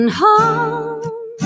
home